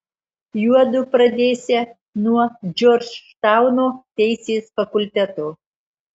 juodu pradėsią nuo džordžtauno teisės fakulteto